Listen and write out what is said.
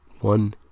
One